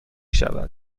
شود